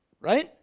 Right